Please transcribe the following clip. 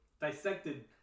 dissected